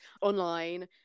online